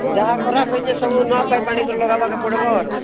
ଯାହା ଖରାପ ହେଇଛେ ସବୁ ନୂଆଁ ପାଇପ୍ ଆଣିକରି ଲଗାବାରକେ ପଡ଼ିବ ଆରୁ